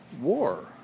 war